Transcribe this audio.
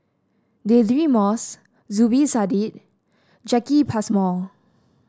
Deirdre Moss Zubir Said Jacki Passmore